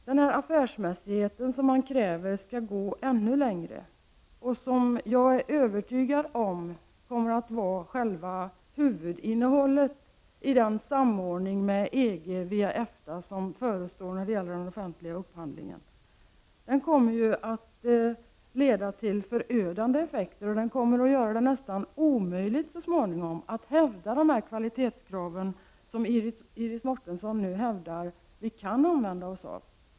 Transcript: De här kraven på en ännu längre gående affärsmässighet, vilka enligt min övertygelse kommer att vara huvudinnehållet i den förestående samordningen med EG via EFTA när det gäller den offentliga upphandlingen, kommer ju att få förödande effekter. De kommer så småningom att göra det nästan omöjligt att hävda de kvalitetskrav som Iris Mårtensson nu menar att vi kan tillämpa.